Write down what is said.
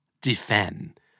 Defend